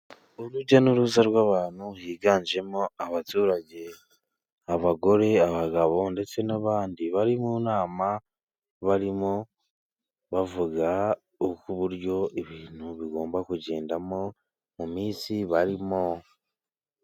Urujya n'uruza rw'abantu higanjemo abaturage abagore, abagabo ndetse n'abandi. Bari mu nama barimo bavuga uko uburyo ibintu bigomba kugendamo, mu minsi barimo.